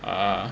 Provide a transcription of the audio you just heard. uh